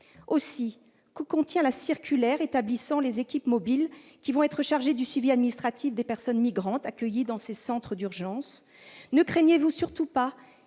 ailleurs, que contient la circulaire établissant les équipes mobiles chargées du suivi administratif des personnes migrantes accueillies dans les centres d'urgence ? Ne craignez-vous pas